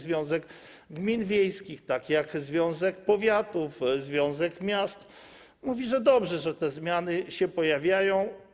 Związek Gmin Wiejskich, tak jak związek powiatów, związek miast, mówi, że dobrze, że te zmiany się pojawiają.